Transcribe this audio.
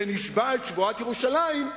שנשבע את שבועת ירושלים,